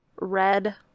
Red